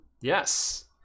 Yes